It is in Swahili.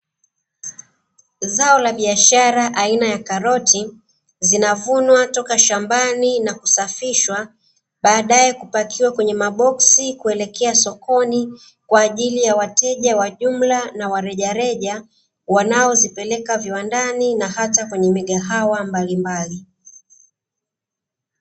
Zao la biashara aina ya karoti zinavunwa toka shambani na kusafishwa, baadae kupakiwa kwenye maboksi kuelekea sokoni kwa ajili ya wateja wa jumla na wa rejareja, wanaozipeleka viwandani na hata migahawa mbalimbali.